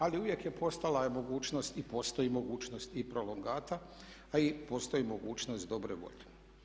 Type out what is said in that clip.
Ali uvijek je postojala mogućnost i postoji mogućnost i prolongata, a i postoji mogućnost dobre volje.